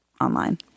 online